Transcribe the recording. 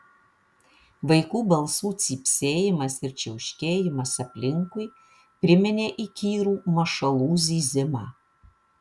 vaikų balsų cypsėjimas ir čiauškėjimas aplinkui priminė įkyrų mašalų zyzimą